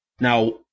Now